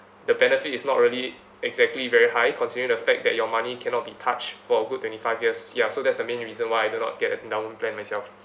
the benefit is not really exactly very high considering the fact that your money cannot be touched for a good twenty five years ya so that's the main reason why I do not get a endowment plan myself